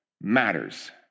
matters